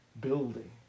building